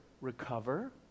recover